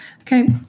Okay